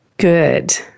Good